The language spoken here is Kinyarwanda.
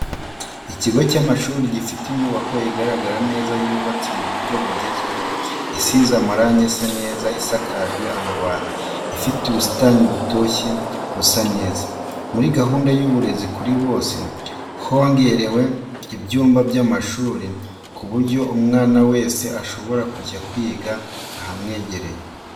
Ikigo cy'amashuri gifite inyubako igaragara neza yubatse mu buryo bugezweho isize amarange asa neza isakajwe amabati, ifite ubusitani butoshye busa neza. Muri gahunda y'uburezi kuri bose hongerewe ibyumba by'amashuri ku buryo umwana wese ashobora kujya kwiga ahamwegereye.